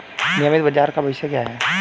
नियमित बाजार का भविष्य क्या है?